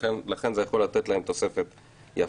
ולכן זה יכול לתת להם תוספת יפה.